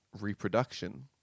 reproduction